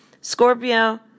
Scorpio